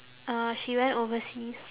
uh she went overseas